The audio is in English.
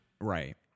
right